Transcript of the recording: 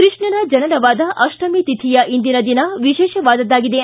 ಕೃಷ್ಣನ ಜನನವಾದ ಅಷ್ಟಮಿ ತಿಥಿಯ ಇಂದಿನ ದಿನ ವಿಶೇಷವಾದದ್ದಾಗಿದೆ